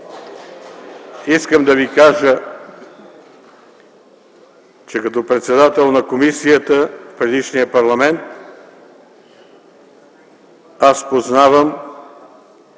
искам да ви кажа, че като председател на комисията в предишния парламент аз познавам